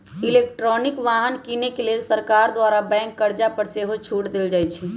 electric वाहन किने के लेल सरकार द्वारा बैंक कर्जा पर सेहो छूट देल जाइ छइ